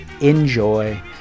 Enjoy